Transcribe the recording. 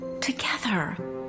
together